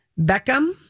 Beckham